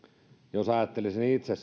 jos ajattelen että itse